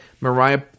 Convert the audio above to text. Mariah